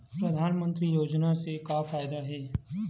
परधानमंतरी योजना से का फ़ायदा हे?